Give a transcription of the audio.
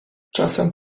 czasem